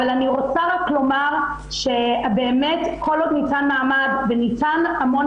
אבל אני רוצה לומר שכל עוד ניתן מעמד וניתן המון